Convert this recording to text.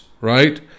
right